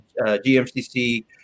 GMCC